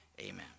Amen